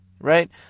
right